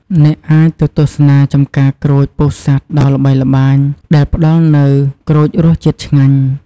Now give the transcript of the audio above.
អ្នកអាចទៅទស្សនាចម្ការក្រូចពោធិ៍សាត់ដ៏ល្បីល្បាញដែលផ្តល់នូវក្រូចរសជាតិឆ្ងាញ់។